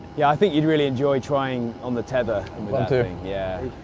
ya i think you'd really enjoy trying on the tether yeah